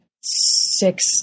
six